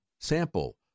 sample